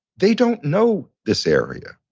they don't know this area.